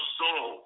soul